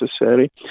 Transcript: necessary